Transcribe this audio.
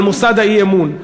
על מוסד האי-אמון.